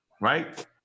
right